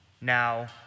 Now